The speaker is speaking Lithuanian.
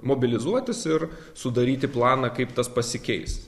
mobilizuotis ir sudaryti planą kaip tas pasikeis